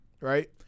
right